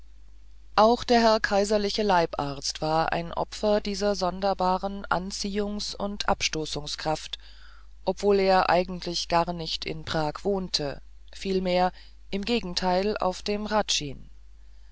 auch der herr kaiserliche leibarzt war ein opfer dieser sonderbaren anziehungs und abstoßungskraft obwohl er eigentlich gar nicht in prag wohnte vielmehr im gegenteil auf dem